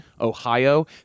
Ohio